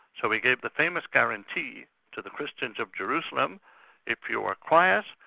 so he gave the famous guarantee to the christians of jerusalem if you are quiet,